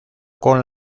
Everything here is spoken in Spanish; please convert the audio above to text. con